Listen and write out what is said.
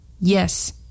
Yes